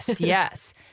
Yes